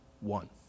one